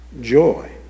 joy